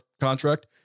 contract